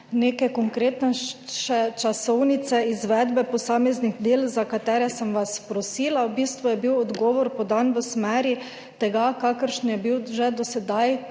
neke konkretnejše časovnice izvedbe posameznih del, za katero sem vas prosila. V bistvu je bil odgovor podan v smeri, kakršna je bila do sedaj